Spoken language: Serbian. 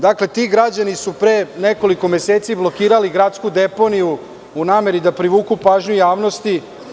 Dakle, ti građani su pre nekoliko meseci blokirali gradsku deponiju u nameri da privuku pažnju javnosti.